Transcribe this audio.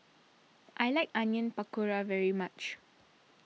I like Onion Pakora very much